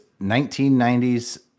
1990s